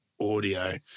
audio